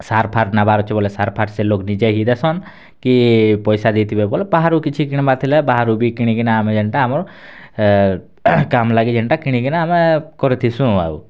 sir ଫାର୍ ନେବାର୍ ଅଛେ ବଏଲେ ସାର୍ ଫାର୍ ସେ ଲୋକ୍ ନିଜେ ହି ଦେସନ୍ କି ପଏସା ଦେଇ ଥିବେ ବଏଲେ ବାହାରୁ କିଛି କିଣିବାର୍ ଥିଲେ ବାହାରୁ ବି କିଣିକିନା ଆମେ ଯେନ୍ଟା ଆମର୍ କାମ୍ ଲାଗି ଯେନ୍ଟା କିଣି କିନା ଆମେ କରି ଥିସୁଁ ଆଉ